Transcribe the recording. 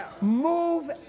Move